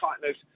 tightness